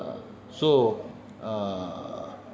so